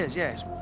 yes.